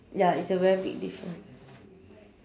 ya it's a very big difference